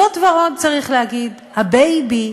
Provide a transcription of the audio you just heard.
זאת ועוד, צריך להגיד, הבייבי,